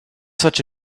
such